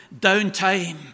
downtime